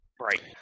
Right